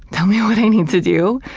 tell me what i need to do.